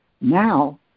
now